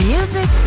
Music